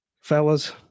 fellas